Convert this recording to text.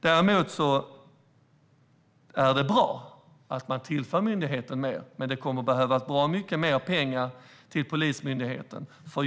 Däremot är det bra att man tillför myndigheten mer, men det kommer att behövas bra mycket mer pengar till Polismyndigheten.